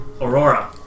Aurora